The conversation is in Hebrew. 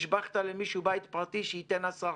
השבחת למישהו בית פרטי שייתן 10%,